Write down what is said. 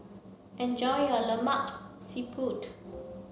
enjoy your Lemak Siput